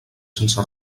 sense